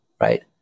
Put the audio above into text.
right